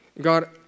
God